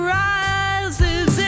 rises